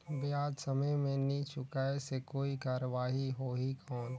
ब्याज समय मे नी चुकाय से कोई कार्रवाही होही कौन?